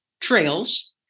trails